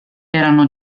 erano